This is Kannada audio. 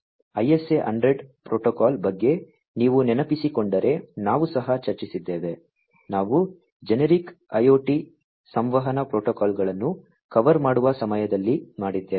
ISA 100 ಪ್ರೋಟೋಕಾಲ್ ಬಗ್ಗೆ ನೀವು ನೆನಪಿಸಿಕೊಂಡರೆ ನಾವು ಸಹ ಚರ್ಚಿಸಿದ್ದೇವೆ ನಾವು ಜೆನೆರಿಕ್ IoT ಸಂವಹನ ಪ್ರೋಟೋಕಾಲ್ಗಳನ್ನು ಕವರ್ ಮಾಡುವ ಸಮಯದಲ್ಲಿ ಮಾಡಿದ್ದೇವೆ